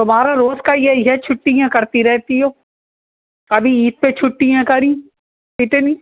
تمہارا روز کا یہی ہے چھٹیاں کرتی رہتی ہو ابھی عید پہ چھٹیاں کریں کتنی